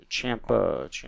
Champa